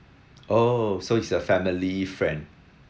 oh so it's a family friend